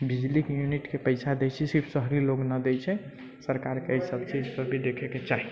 बिजलीके यूनिटके पैसा दै छै सिर्फ शहरी लोक ना दै छै सरकारके एहिसभ चीजपर भी देखयके चाही